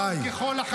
די.